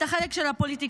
את החלק של הפוליטיקאי,